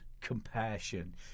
compassion